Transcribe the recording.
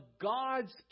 God's